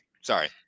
Sorry